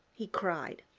he cried.